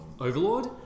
Overlord